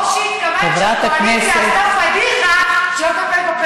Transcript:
או שהתכוונת שהקואליציה עשתה פדיחה בלא לטפל בפריפריה.